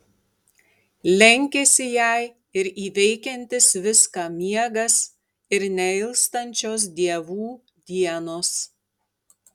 lenkiasi jai ir įveikiantis viską miegas ir neilstančios dievų dienos